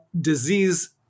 disease